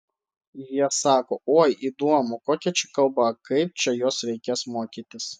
jie sako oi įdomu kokia čia kalba kaip čia jos reikės mokytis